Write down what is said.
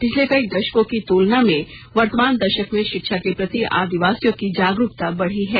पिछले कई दशकों की तुलना में वर्तमान दशक में शिक्षा के प्रति आदिवासियों की जागरूकता बढ़ी है